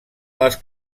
les